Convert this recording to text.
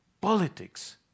politics